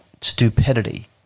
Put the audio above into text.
stupidity